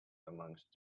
amongst